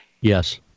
yes